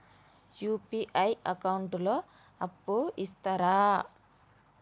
UPI account లో అప్పు ఇస్తరా?